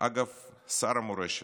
אגב שר המורשת,